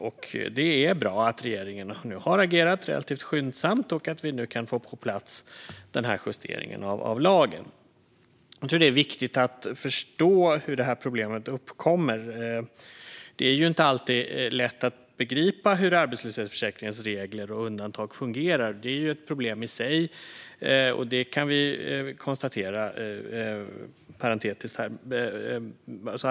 Och det är bra att regeringen nu har agerat relativt skyndsamt och att vi nu kan få på plats den här justeringen av lagen. Jag tror att det är viktigt att förstå hur det här problemet uppkommer. Det är ju inte alltid lätt att begripa hur arbetslöshetsförsäkringens regler och undantag fungerar. Det är ett problem i sig, kan vi parentetiskt konstatera.